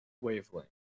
wavelength